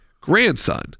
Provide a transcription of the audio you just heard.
grandson